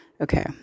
Okay